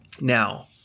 Now